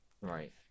Right